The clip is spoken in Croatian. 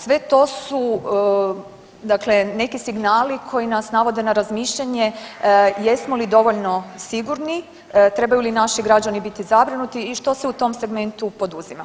Sve to su neki signali koji nas navode na razmišljanje jesmo li dovoljno sigurni, trebaju li naši građani biti zabrinuti i što se u tom segmentu poduzima?